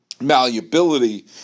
malleability